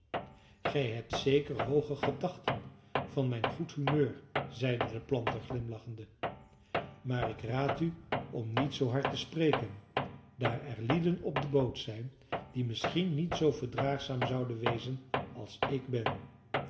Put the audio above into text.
gij hebt zeker hooge gedachten van mijn goed humeur zeide de planter glimlachende maar ik raad u om niet zoo hard te spreken daar er lieden op de boot zijn die misschien niet zoo verdraagzaam zouden wezen als ik ben